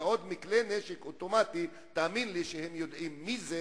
ועוד מכלי נשק אוטומטי, תאמין לי שהם יודעים מי זה